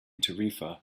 tarifa